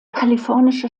kalifornische